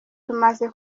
tumaze